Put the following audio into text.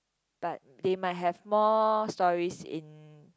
but they might have more stories in